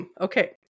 Okay